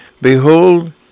Behold